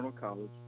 College